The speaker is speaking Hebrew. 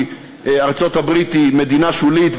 כי ארצות-הברית היא מדינה שולית,